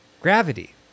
Gravity